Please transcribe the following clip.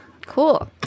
Cool